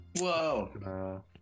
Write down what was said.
Whoa